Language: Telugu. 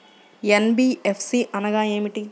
ఎన్.బీ.ఎఫ్.సి అనగా ఏమిటీ?